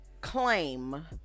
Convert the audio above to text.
claim